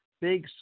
Big